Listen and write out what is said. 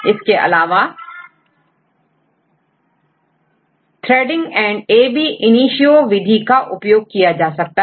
इसके अलावा threading and ab initio विधि का उपयोग किया जाता है